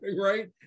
Right